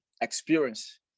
experience